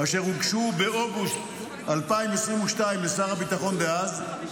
אשר הוגשו באוגוסט 2022 לשר הביטחון דאז,